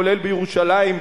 כולל בירושלים,